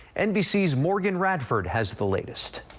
nbc's morgan radford has the latest.